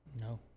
No